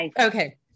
Okay